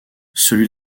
celui